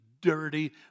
dirty